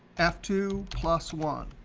f two plus one,